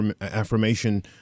affirmation